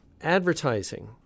advertising